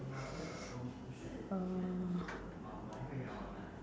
uh